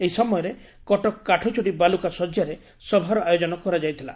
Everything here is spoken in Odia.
ଏହି ସମୟରେ କଟକ କାଠଯୋଡ଼ୀ ବାଲୁକା ଶଯ୍ୟାରେ ସଭାର ଆୟୋଜନ କରାଯାଇଥିଲା